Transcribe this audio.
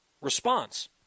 response